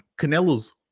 canelo's